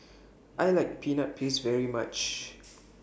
I like Peanut Paste very much